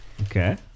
Okay